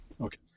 okay